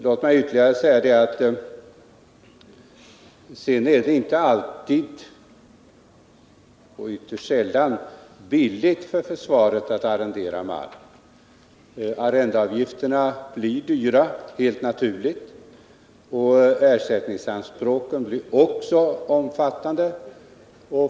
Låt mig också säga att det inte alltid, i själva verket ytterst sällan, är billigt för försvaret att arrendera mark. Arrendeavgifterna blir helt naturligt höga. Ersättningsanspråken blir också omfattande.